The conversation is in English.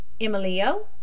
Emilio